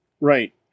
Right